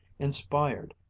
inspired,